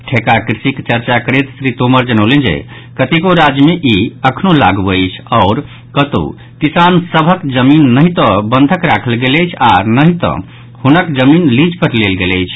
ठेका कृषिक चर्चा करैत श्री तोमर जनौलनि जे कतेको राज्य मे ई अखनो लागू अछि आओर कतौ किसान सभक जमीन नहि तऽ बंधक राखल गेल अछि आओर नहि तऽ हुनक जमीन लीज पर लेल गेल अछि